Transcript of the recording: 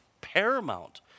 paramount